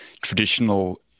traditional